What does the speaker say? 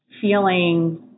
feeling